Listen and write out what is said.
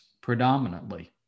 predominantly